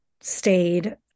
stayed